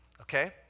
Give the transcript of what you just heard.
okay